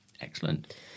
excellent